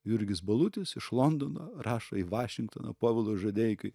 jurgis balutis iš londono rašo į vašingtoną povilui žadeikiui